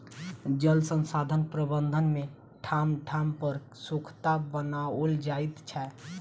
जल संसाधन प्रबंधन मे ठाम ठाम पर सोंखता बनाओल जाइत छै